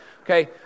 Okay